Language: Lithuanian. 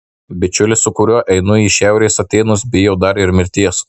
bičiulis su kuriuo einu į šiaurės atėnus bijo dar ir mirties